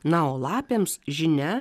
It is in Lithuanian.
na o lapėms žinia